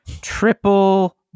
Triple